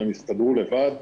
הם הסתדרו לבד,